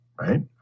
right